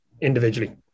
individually